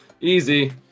Easy